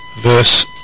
verse